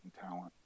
talent